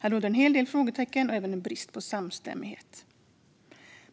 Här finns en del frågetecken och brist på samstämmighet.